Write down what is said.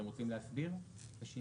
אתם רוצים להסביר את השינוי?